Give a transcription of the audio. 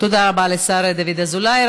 תודה רבה לשר דוד אזולאי.